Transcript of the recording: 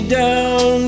down